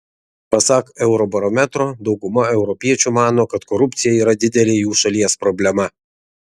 pasak eurobarometro dauguma europiečių mano kad korupcija yra didelė jų šalies problema